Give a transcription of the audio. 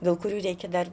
dėl kurių reikia dar